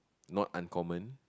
not uncommon